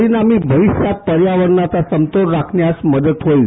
परिणामी भविष्यात पर्यावरणाचा समतोल राखण्यास मदत होईल